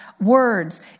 words